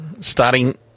starting